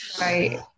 right